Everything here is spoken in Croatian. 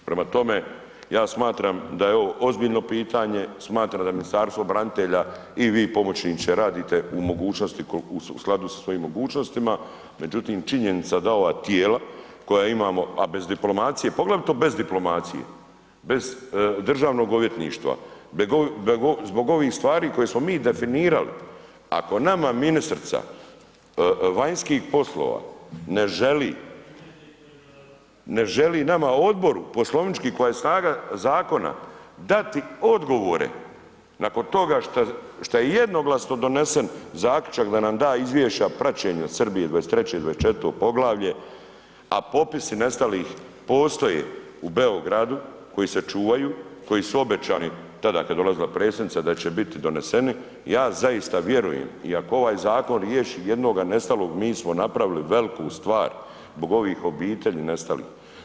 Prema tome, ja smatram da je ovo ozbiljno pitanje, smatram da Ministarstvo branitelja i vi pomoćniče, radite u mogućnosti u skladu sa svojim mogućnostima, međutim, činjenica da ova tijela koja imamo, a bez diplomacije, poglavito bez diplomacije, bez DORH-a, zbog ovih stvari koje smo mi definirali, ako nama ministrica vanjskih poslova ne želi nama, odboru, poslovnički, koja je snaga zakona dati odgovore nakon toga što je jednoglasno donesen zaključak da nam da izvješća praćenja Srbije 23. i 24. poglavlje, a popisi nestalih postoje u Beogradu, koji se čuvaju, koji su obećani tada kada je dolazila predsjednica da će biti doneseni, ja zaista vjerujem, i ako ovaj zakon riješi jednog nestalog, mi smo napravili veliku stvar, zbog ovih obitelji nestalih.